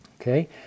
Okay